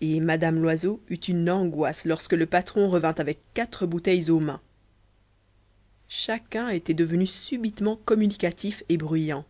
et mme loiseau eut une angoisse lorsque le patron revint avec quatre bouteilles aux mains chacun était devenu subitement communicatif et bruyant